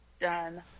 Done